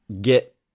get